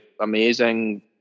amazing